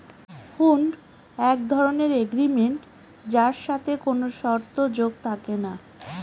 হুন্ড এক ধরনের এগ্রিমেন্ট যার সাথে কোনো শর্ত যোগ থাকে না